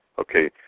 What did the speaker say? okay